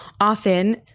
Often